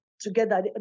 together